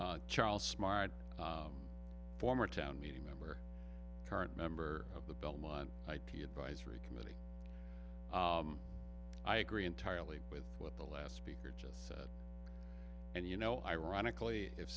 charles my former town meeting member current member of the belmont ip advisory committee i agree entirely with what the last speaker just and you know ironically if